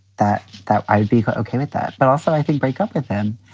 that that i'd be okay with that. but also, i think break up with them.